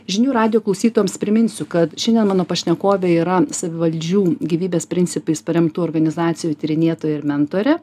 žinių radijo klausytojams priminsiu kad šiandien mano pašnekovė yra savivaldžių gyvybės principais paremtų organizacijų tyrinėtoja ir mentorė